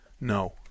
No